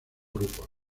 grupos